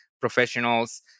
professionals